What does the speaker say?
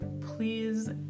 Please